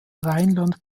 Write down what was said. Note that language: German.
rheinland